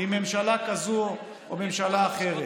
מממשלה כזו או ממשלה אחרת.